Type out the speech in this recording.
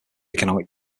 economic